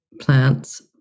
plants